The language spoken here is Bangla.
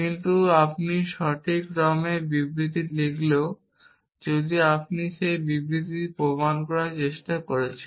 কিন্তু আপনি সঠিক ক্রমে বিবৃতি লিখলেও যদি আপনি যে বিবৃতিটি প্রমাণ করার চেষ্টা করছেন